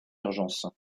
urgence